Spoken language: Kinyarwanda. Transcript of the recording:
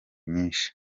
nyinshi